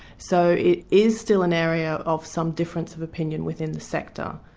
so it is still an area of some difference of opinion within the sector.